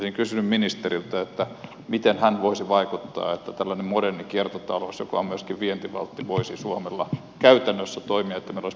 olisin kysynyt ministeriltä miten hän voisi vaikuttaa siihen että tällainen moderni kiertotalous joka on myöskin vientivaltti voisi suomella käytännössä toimia että meillä olisi pilottilaitoksia